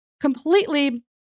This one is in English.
completely